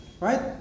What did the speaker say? Right